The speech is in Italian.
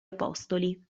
apostoli